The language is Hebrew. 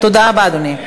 תודה רבה, אדוני.